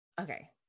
okay